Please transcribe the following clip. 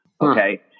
Okay